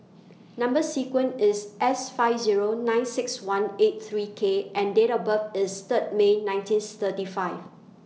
Number sequence IS S five Zero nine six one eight three K and Date of birth IS Third May nineteenth thirty five